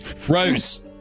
Rose